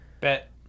bet